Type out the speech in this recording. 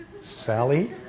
Sally